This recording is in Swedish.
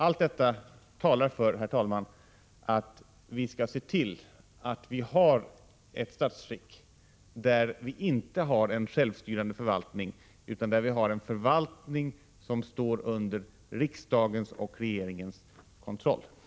Allt detta talar för att vi skall se till, att vi har ett statsskick där det inte finns en självstyrande förvaltning, utan en förvaltning som står under riksdagens och regeringens kontroll.